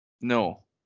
No